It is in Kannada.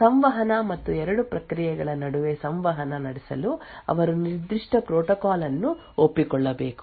ಸಂವಹನ ಮತ್ತು ಎರಡು ಪ್ರಕ್ರಿಯೆಗಳ ನಡುವೆ ಸಂವಹನ ನಡೆಸಲು ಅವರು ನಿರ್ದಿಷ್ಟ ಪ್ರೋಟೋಕಾಲ್ ಅನ್ನು ಒಪ್ಪಿಕೊಳ್ಳಬೇಕು